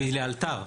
והיא לאלתר.